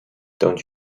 don’t